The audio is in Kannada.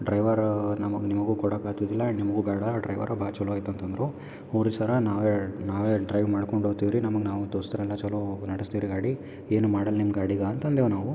ಡ್ರೈವರ ನಮ್ಗೆ ನಿಮಗು ಕೊಡೋಕಾತಿದಿಲ್ಲ ಆ್ಯಂಡ್ ನಿಮಗು ಬೇಡ ಡ್ರೈವರ್ ಭಾಳ್ ಚಲೋ ಐತಂತಂದ್ರು ಹ್ಞೂರಿ ಸರ ನಾವೇ ನಾವೇ ಡ್ರೈವ್ ಮಾಡ್ಕೊಂಡು ಹೋಯ್ತೀವ್ ರೀ ನಮಗೆ ನಾವು ದೋಸ್ತರೆಲ್ಲ ಚಲೋ ನಡೆಸ್ತೀರಿ ಗಾಡಿ ಏನು ಮಾಡೋಲ್ ನಿಮ್ಮ ಗಾಡಿಗಾಂತ ಅಂದೆವು ನಾವು